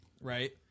right